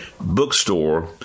bookstore